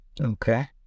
Okay